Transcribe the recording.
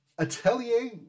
Atelier